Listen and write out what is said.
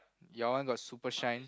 your one got super shine